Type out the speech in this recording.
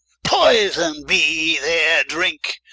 poyson be their drinke.